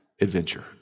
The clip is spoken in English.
adventure